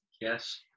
yes